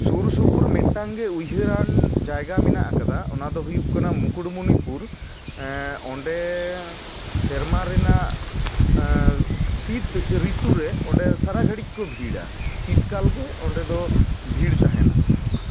ᱥᱩᱨ ᱥᱩᱯᱩᱨ ᱢᱤᱫᱴᱟᱝ ᱜᱮ ᱩᱭᱦᱟᱹᱨᱟᱱ ᱡᱟᱭᱜᱟ ᱢᱮᱱᱟᱜ ᱟᱠᱟᱫᱟ ᱚᱱᱟ ᱫᱚ ᱦᱩᱭᱩᱜ ᱠᱟᱱᱟ ᱢᱩᱠᱩᱴᱢᱚᱱᱤᱯᱩᱨ ᱚᱸᱰᱮ ᱥᱮᱨᱢᱟ ᱨᱮᱱᱟᱜ ᱥᱤᱛ ᱨᱤᱛᱩᱨᱮ ᱚᱸᱰᱮ ᱥᱟᱨᱟ ᱜᱷᱟᱹᱲᱤᱡ ᱠᱚ ᱵᱷᱤᱲᱟ ᱥᱤᱛ ᱠᱟᱞ ᱜᱮ ᱚᱸᱰᱮ ᱫᱚ ᱵᱷᱤᱲ ᱛᱟᱦᱮᱱᱟ